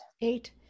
eight